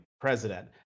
president